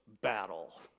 Battle